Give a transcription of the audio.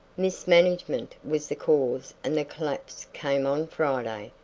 mismanagement was the cause and the collapse came on friday,